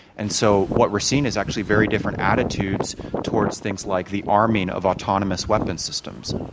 and so, what we're seeing is actually very different attitudes towards things like the arming of autonomous weapons systems.